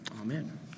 Amen